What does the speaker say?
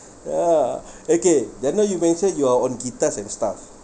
ya okay just now you mentioned you're on guitars and stuff